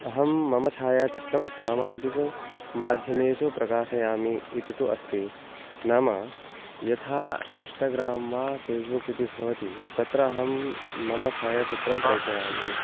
अहं मम छायाचित्रं सामाजिकमाध्यमेषु प्रकाशयामि इति तु अस्ति नाम यथा इन्श्टाग्रां वा फ़ेस्बुक् इति भवति तत्र अहं मम छायाचित्रं प्रेषयामि